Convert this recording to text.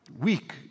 weak